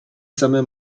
samé